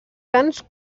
cants